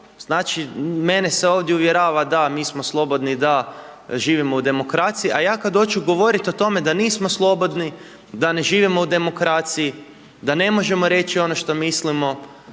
Znači mene se ovdje uvjerava da, mi smo slobodni, da živimo u demokraciji, a ja kada hoću govoriti o tome da nismo slobodni, da ne živimo u demokraciji, da ne možemo reći ono što mislimo,